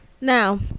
Now